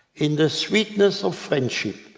in the sweetness of friendship,